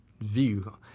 view